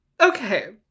Okay